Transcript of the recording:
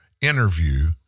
interview